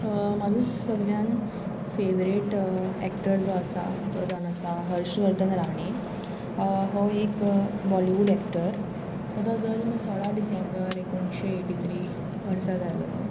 म्हाजो सगल्यान favourite actor जो आसा तो जावन आसा हर्शवर्धन राणे हो एक बॉलिवूड एक्टर ताचो जल्म सोळा डिसेंबर एकोणशे एटी थ्री वर्सा जालेलो